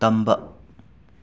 ꯇꯝꯕ